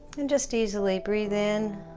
and just easily breathe in